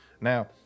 Now